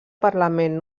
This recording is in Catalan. parlament